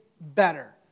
better